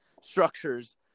structures